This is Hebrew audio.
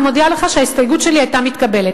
אני מודיעה לך שההסתייגות שלי היתה מתקבלת.